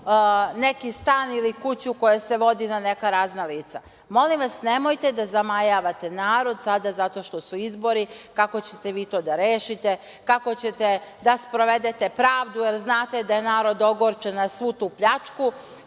neki stan ili kuću koja se vodi na neka razna lica? Molim vas, nemojte da zamajavate narod sada zato što su izbori kako ćete vi to da rešite, kako ćete da sprovedete pravdu, jer znate da je narod ogorčen na svu tu pljačku,